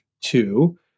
two